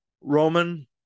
Roman